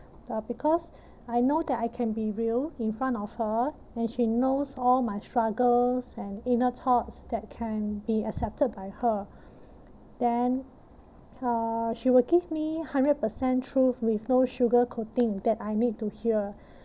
uh because I know that I can be real in front of her and she knows all my struggles and inner thoughts that can be accepted by her then uh she will give me hundred percent truth with no sugar coating that I need to hear